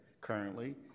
currently